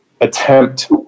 attempt